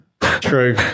True